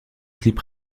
clip